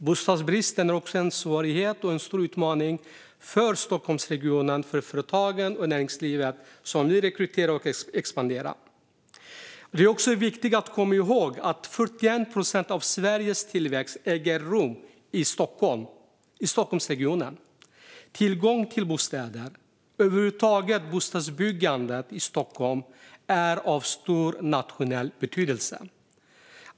Bostadsbristen är också en svårighet och en stor utmaning för näringslivet och företagen i Stockholmsregionen som vill nyrekrytera och expandera. Det är viktigt att komma ihåg att 41 procent av Sveriges tillväxt äger rum i Stockholmsregionen. Tillgång till bostäder och bostadsbyggande över huvud taget i Stockholm är av stor nationell betydelse.